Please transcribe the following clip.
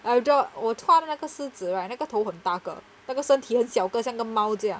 I draw 我穿那个狮子 right 那个头很大个那个身体很小个像个猫这样